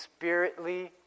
spiritly